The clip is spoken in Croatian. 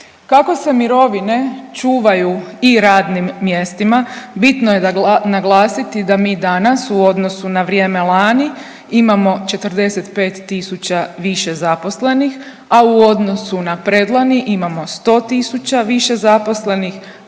Kako se mirovine čuvaju i radnim mjestima, bitno je naglasiti da mi danas u odnosu na vrijeme lani imamo 45 tisuća više zaposlenih, a u odnosu na predlani imamo 100 tisuća više zaposlenih,